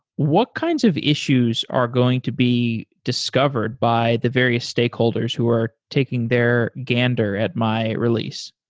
what kinds of issues are going to be discovered by the various stakeholders who are taking their gander at my release?